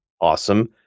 awesome